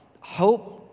Hope